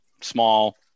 small